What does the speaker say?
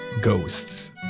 ghosts